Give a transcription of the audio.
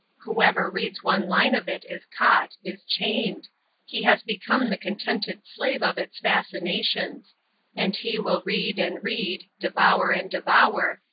whoever reads one line of it is caught, is chained he has become the contented slave of its fascinations and he will read and read, devour and devour,